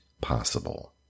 possible